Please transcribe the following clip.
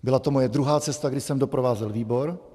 Byla to moje druhá cesta, kdy jsem doprovázel výbor.